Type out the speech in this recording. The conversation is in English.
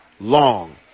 Long